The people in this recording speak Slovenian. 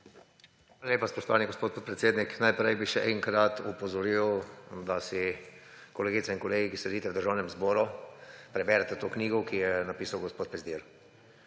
lepa, spoštovani gospod podpredsednik. Najprej bi še enkrat opozoril, da si kolegice in kolegi, ki sedite v Državnem zboru preberete to knjigo, ki jo je napisal gospod Pezdir.